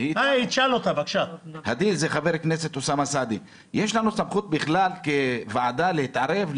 לנו בכלל סמכות כוועדה להתערב,